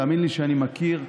תאמין לי שאני מכיר.